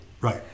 Right